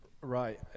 Right